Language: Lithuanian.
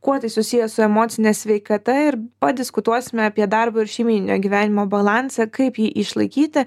kuo tai susiję su emocine sveikata ir padiskutuosime apie darbo ir šeimyninio gyvenimo balansą kaip jį išlaikyti